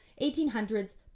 1800s